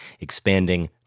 expanding